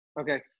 Okay